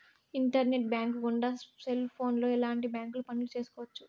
internet bank గుండా cell ఫోన్లోనే ఎలాంటి బ్యాంక్ పనులు చేసుకోవచ్చు